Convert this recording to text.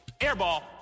airball